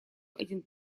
один